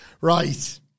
Right